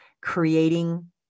creating